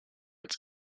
its